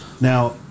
Now